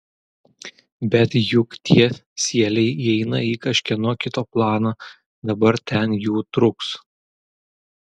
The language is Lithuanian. bet juk tie sieliai įeina į kažkieno kito planą dabar ten jų truks